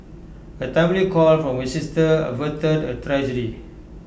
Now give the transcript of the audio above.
A timely call from her sister averted A tragedy